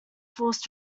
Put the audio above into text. forced